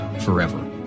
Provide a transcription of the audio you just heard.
forever